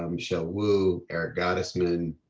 um michelle woo, eric gottesman,